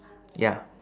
ya